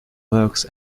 works